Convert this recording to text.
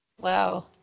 Wow